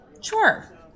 Sure